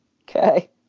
okay